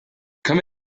come